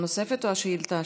שאלה נוספת או השאילתה השנייה?